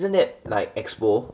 isn't that like expo